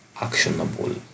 actionable